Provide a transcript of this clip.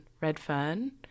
Redfern